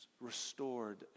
restored